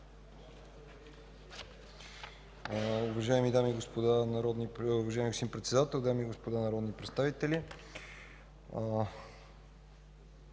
уважаеми дами и господа народни представители!